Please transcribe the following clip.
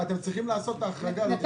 אתם צריכים לעשות את ההחרגה לגבי כל